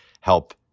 help